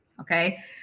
okay